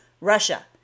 Russia